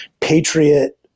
patriot